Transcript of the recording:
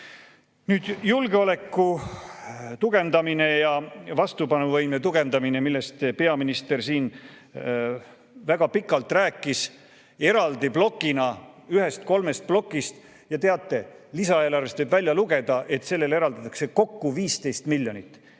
julgeoleku tugevdamine ja vastupanuvõime tugevdamine, millest peaminister siin väga pikalt rääkis eraldi plokina ühest kolmest plokist. Teate, lisaeelarvest võib välja lugeda, et selle jaoks eraldatakse kokku 15 miljonit